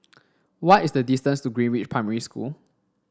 what is the distance to Greenridge Primary School